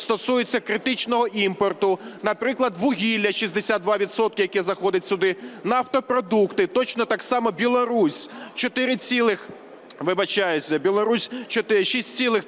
стосуються критичного імпорту. Наприклад, вугілля – 62 відсотки, яке заходить сюди, нафтопродукти. Точно так само Білорусь,